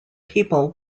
people